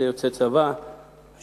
אלה יוצאי צבא הקבע,